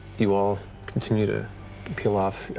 you all continue to peel off.